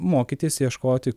mokytis ieškoti